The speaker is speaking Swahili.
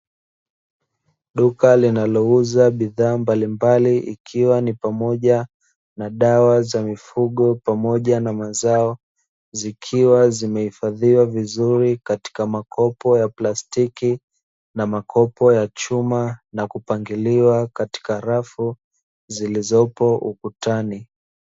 Duka linalouza bidhaa mbalimbali, ikiwa ni pamoja na dawa za mifugo pamoja na mazao, zikiwa zimehifadhiwa vizuri katika makopo ya plastiki na makopa ya chuma, na kupakiliwa katika rafu zilizopo ukutani.